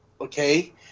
okay